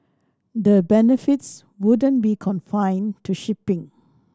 the benefits wouldn't be confined to shipping